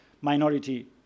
minority